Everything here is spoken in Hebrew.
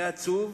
היה עצוב,